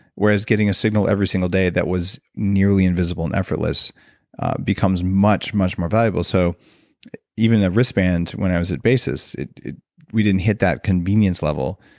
whereas getting a signal every single day that was nearly invisible and effortless becomes much much more valuable. so even a wristband when i was at basis we didn't hit that convenience level.